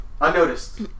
Unnoticed